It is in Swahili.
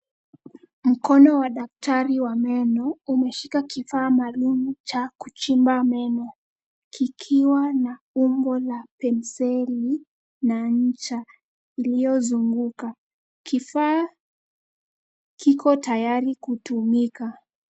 Mkono wa daktari wa meno umeshika kifaa maalum cha kuchimba meno kikiwa na umbo la penseli na ncha iliyozunguka. Kifaa kiko tayari kutumika.